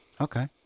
Okay